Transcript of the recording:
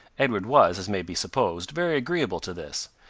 edward was, as may be supposed, very agreeable to this,